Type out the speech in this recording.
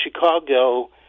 Chicago